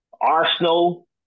Arsenal